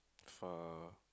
far